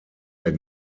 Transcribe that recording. der